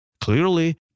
Clearly